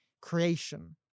creation